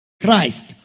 Christ